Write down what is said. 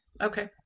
Okay